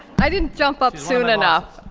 i didn't jump up soon enough.